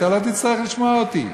אתה לא תצטרך לשמוע אותי.